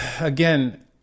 again